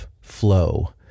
flow